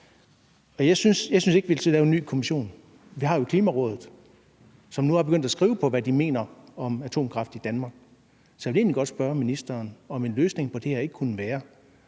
Jeg synes ikke, vi skal til at lave en ny kommission. Vi har jo Klimarådet, som nu er begyndt at skrive noget om, hvad de mener om atomkraft i Danmark. Så jeg vil egentlig godt spørge ministeren, om en løsning på det her ikke kunne være